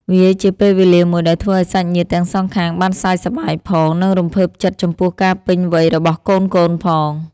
វាជាពេលវេលាមួយដែលធ្វើឱ្យសាច់ញាតិទាំងសងខាងបានសើចសប្បាយផង និងរំភើបចិត្តចំពោះការពេញវ័យរបស់កូនៗផង